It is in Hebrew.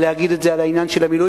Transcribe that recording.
להגיד את זה על העניין של המילואים,